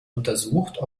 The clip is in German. untersucht